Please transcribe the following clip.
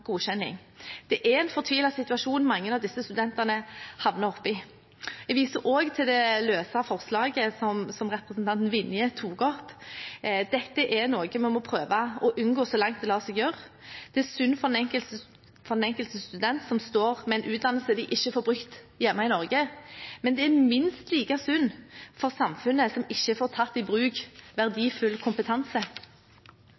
godkjenning. Det er en fortvilet situasjon mange av disse studentene havner i. Jeg viser også til det løse forslaget som representanten Vinje tok opp. Dette er noe vi må prøve å unngå så langt det lar seg gjøre. Det er synd for den enkelte student som står med en utdannelse hun eller han ikke får brukt hjemme i Norge, men det er minst like synd for samfunnet, som ikke får tatt i bruk